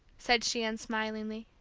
said she, unsmilingly.